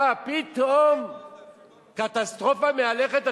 מה, פתאום קטסטרופה מהלכת?